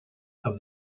have